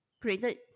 created